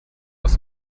aus